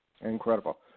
Incredible